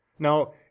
Now